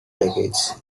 decades